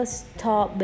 stop